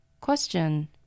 Question